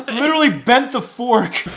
um literally bent the fork.